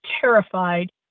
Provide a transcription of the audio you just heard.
terrified